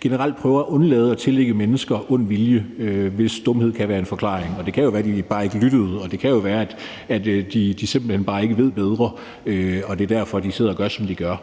generelt prøver at undlade at tillægge mennesker ond vilje, hvis dumhed kan være en forklaring, for det kan jo bare være, at de ikke lyttede, og at de simpelt hen ikke ved bedre, og at det er derfor, de sidder og gør, som de gør.